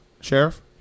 sheriff